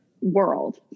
world